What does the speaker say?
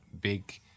big